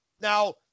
Now